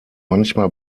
manchmal